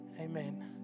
Amen